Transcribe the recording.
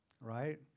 right